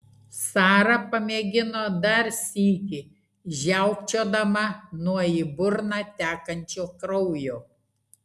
sara pamėgino dar sykį žiaukčiodama nuo į burną tekančio kraujo